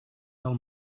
del